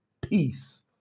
peace